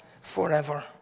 forever